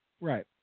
Right